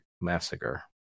massacre